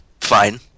fine